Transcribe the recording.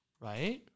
Right